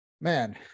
man